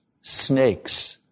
snakes